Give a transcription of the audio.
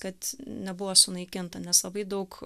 kad nebuvo sunaikinta nes labai daug